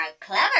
clever